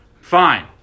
Fine